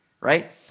right